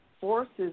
forces